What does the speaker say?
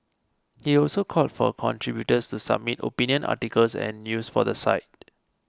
he also called for contributors to submit opinion articles and news for the site